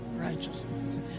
Righteousness